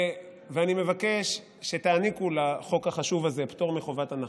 ואני מבקש שתעניקו לחוק החשוב הזה פטור מחובת הנחה.